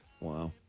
Wow